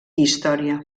història